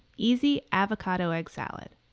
easy avocado egg salad!